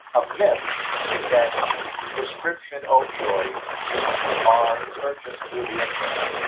a myth is that prescription opioids are purchased through the internet.